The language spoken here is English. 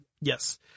Yes